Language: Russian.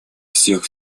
всех